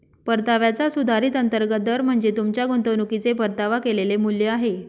परताव्याचा सुधारित अंतर्गत दर म्हणजे तुमच्या गुंतवणुकीचे परतावा केलेले मूल्य आहे